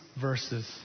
verses